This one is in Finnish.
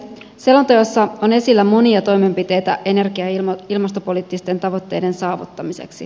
selonteossa on esillä monia toimenpiteitä energia ja ilmastopoliittisten tavoitteiden saavuttamiseksi